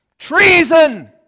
Treason